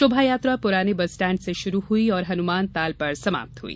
शोभायात्रा पुराने बसस्टैड से शुरू हुई और हनुमान ताल पर समाप्त हुई